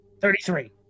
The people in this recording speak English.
Thirty-three